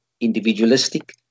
individualistic